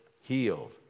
healed